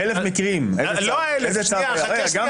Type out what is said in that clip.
מקרים, איזה צו היה?